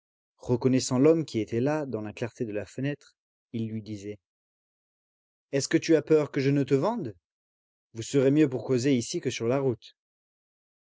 reconnaissant l'homme qui était là dans la clarté de la fenêtre il lui disait est-ce que tu as peur que je ne te vende vous serez mieux pour causer ici que sur la route